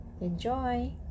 Enjoy